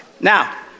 Now